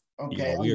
Okay